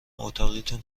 اتاقیتون